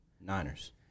Niners